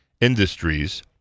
industries